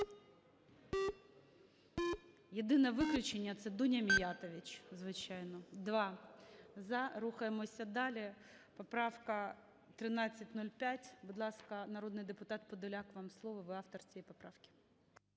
Єдине виключення – це Дуня Міятович, звичайно. 12:50:05 За-2 Рухаємося далі. Поправка 1305. Будь ласка, народний депутат Подоляк, вам слово, ви автор цієї поправки.